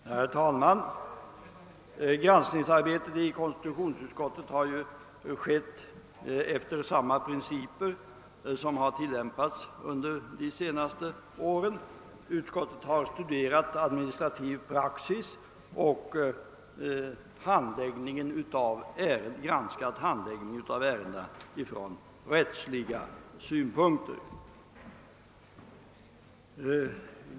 Herr talman! Granskningsarbetet i konstitutionsutskottet har följt samma principer som dem som tillämpats under de senaste åren. Utskottet har studerat administrativ praxis och granskat handläggningen av ärendena från rättsliga synpunkter.